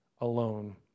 alone